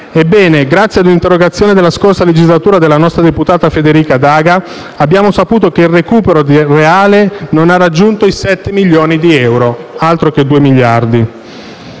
Ebbene, grazie a un'interrogazione della scorsa legislatura della nostra deputata Federica Daga abbiamo saputo che il recupero del reale non ha raggiunto i 7 milioni di euro: altro che 2 miliardi.